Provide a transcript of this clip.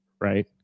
Right